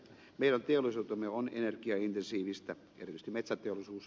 meidän teollisuutemme on energiaintensiivistä erityisesti metsäteollisuus